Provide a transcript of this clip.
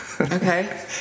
Okay